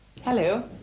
Hello